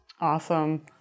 Awesome